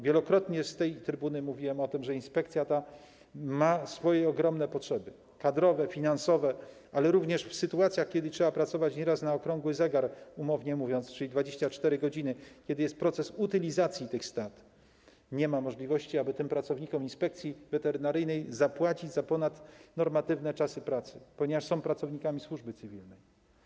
Wielokrotnie z tej trybuny mówiłem o tym, że ta inspekcja ma ogromne potrzeby kadrowe, finansowe, ale również nieraz w sytuacjach, gdy trzeba pracować na okrągły zegar, umownie mówiąc, czyli 24 godziny, kiedy jest proces utylizacji tych stad, nie ma możliwości, aby pracownikom Inspekcji Weterynaryjnej zapłacić za ponadnormatywne czasy pracy, ponieważ są oni pracownikami służby cywilnej.